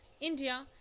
india